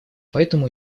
поэтому